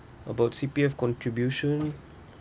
about C_P_F contribution